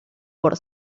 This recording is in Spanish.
por